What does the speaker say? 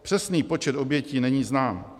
Přesný počet obětí není znám.